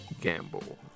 gamble